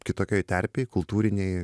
kitokioj terpėj kultūrinėj